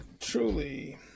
Truly